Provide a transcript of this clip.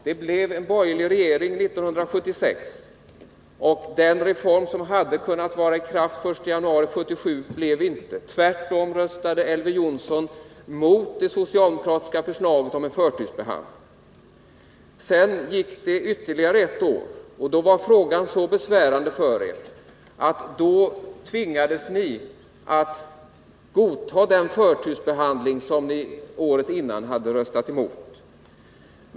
Det blev en borgerlig regering 1976, och av den reform som hade kunnat vara i kraft den 1 januari 1977 blev intet. Tvärtom röstade Elver Jonsson mot det socialdemokratiska förslaget om en förtursbehandling. Sedan gick ytterligare ett år, och då var frågan så besvärande för er att ni tvingades godta den förtursbehandling som ni året innan hade röstat emot.